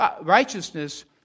righteousness